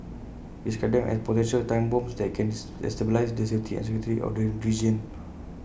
he described them as potential time bombs that can destabilise the safety and security of the region